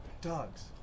dogs